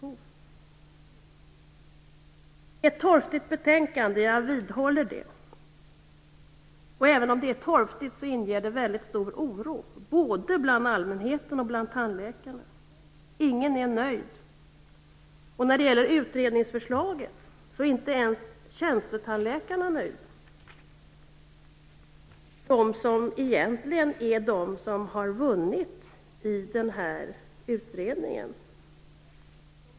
Det är ett torftigt betänkande, jag vidhåller det. Även om det är torftigt inger det mycket stor oro, bland både allmänhet och tandläkare. Ingen är nöjd. När det gäller utredningsförslaget är inte ens tjänstetandläkarna nöjda - de som egentligen har vunnit i den här utredningen.